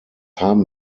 haben